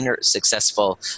successful